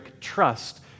trust